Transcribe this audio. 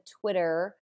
Twitter